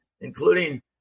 including